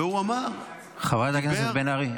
והוא אמר --- חברת הכנסת בן ארי,